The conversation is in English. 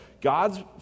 God's